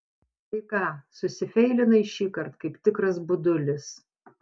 tai ką susifeilinai šįkart kaip tikras budulis